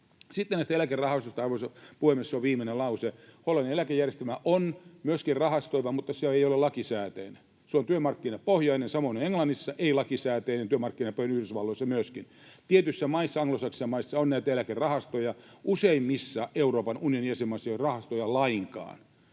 Sitten näistä eläkerahastoista, ja, arvoisa puhemies, tämä on viimeinen lause: Hollannin eläkejärjestelmä on myöskin rahastoiva, mutta se ei ole lakisääteinen. Se on työmarkkinapohjainen. Samoin on Englannissa, ei lakisääteinen, työmarkkinapohjainen, ja Yhdysvalloissa myöskin. Tietyissä anglosaksisissa maissa on näitä eläkerahastoja, mutta useimmissa Euroopan unionin jäsenmaissa ei ole rahastoja lainkaan.